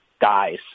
guys